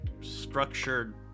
structured